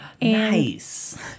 Nice